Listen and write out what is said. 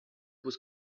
was